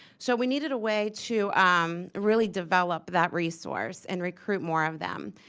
so, we needed a way to um really develop that resource and recruit more of them.